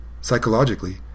Psychologically